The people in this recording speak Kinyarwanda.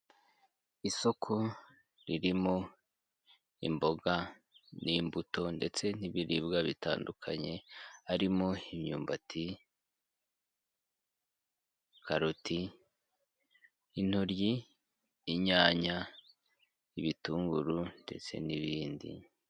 Isoko ririmo imboga n'imbuto ndetse n'ibiribwa bitandukanye, harimo imyumbati, karoti, intoryi, inyanya, ibitunguru ndetse n'ibindi.